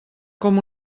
com